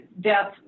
Death